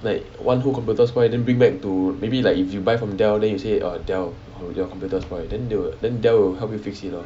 like one whole computer spoil then bring back to maybe like if you buy from Dell then you say err Dell my computer spoil then they will then Dell will help you fix it lor